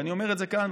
ואני אומר את זה כאן,